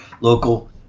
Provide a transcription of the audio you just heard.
local